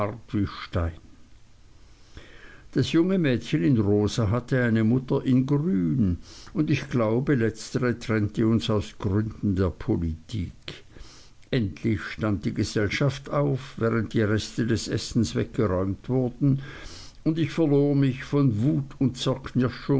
stein das junge mädchen in rosa hatte eine mutter in grün und ich glaube letztere trennte uns aus gründen der politik endlich stand die gesellschaft auf während die reste des essens weggeräumt wurden und ich verlor mich von wut und